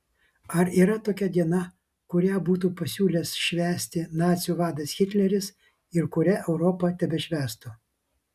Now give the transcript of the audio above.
ar yra tokia diena kurią būtų pasiūlęs švęsti nacių vadas hitleris ir kurią europa tebešvęstų